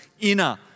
inner